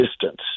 distance